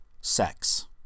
sex